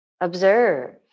Observe